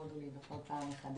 וכבוד הוא לי כל פעם מחדש.